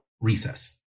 recess